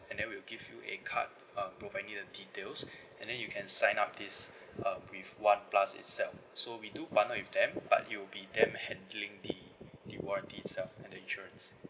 and then we'll give you a card um providing the details and then you can sign up this um with one plus itself so we do partner with them but it''ll be them handling the the warranty itself and the insurance